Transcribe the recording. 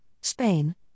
Spain